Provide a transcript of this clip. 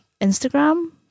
Instagram